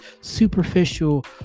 superficial